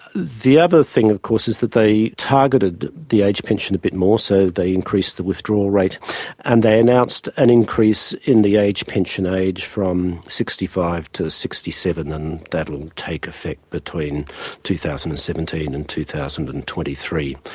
the other thing, of course, is that they targeted the age pension a bit more, so they increased the withdrawal rate and they announced an increase in the age pension age from sixty five to sixty seven, and that'll take effect between two thousand and seventeen and two thousand and twenty three.